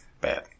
bad